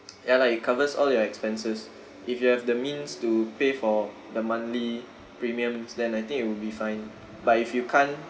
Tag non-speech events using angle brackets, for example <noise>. <noise> ya like it covers all your expenses if you have the means to pay for the monthly premiums then I think it will be fine but if you can't